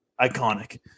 iconic